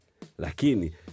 Lakini